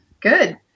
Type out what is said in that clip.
good